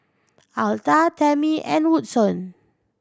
Alta Tamie and Woodson